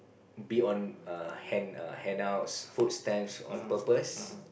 be on err hand err handouts food stamps on purpose